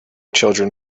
children